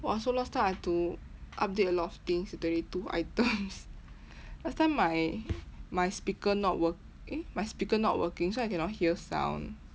!wah! so last time I have to update a lot of things thirty two two items last time my my speaker not wor~ eh my speaker not working so I cannot hear sound